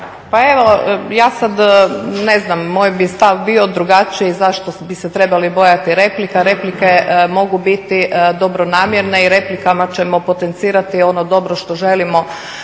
Pa evo ja sada ne znam, moj stav bi bio drugačiji zašto bi se trebali bojati replika, replike mogu biti dobronamjerne i replikama ćemo potencirati ono dobro što želimo